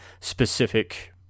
specific